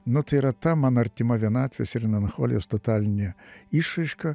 nu tai yra ta man artima vienatvės ir mencholijos totalinė išraiška